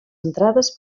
entrades